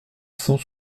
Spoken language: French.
cent